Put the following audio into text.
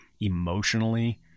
emotionally